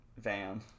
van